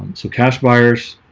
so cash buyers